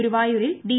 ഗുരുവായൂരിൽ ഡി